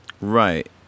Right